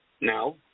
No